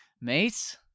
Mace